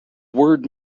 word